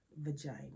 vagina